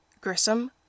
Grissom